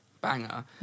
banger